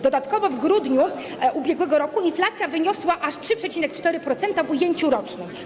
Dodatkowo w grudniu ub.r. inflacja wyniosła aż 3,4% w ujęciu rocznym.